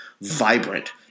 vibrant